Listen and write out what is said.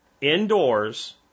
indoors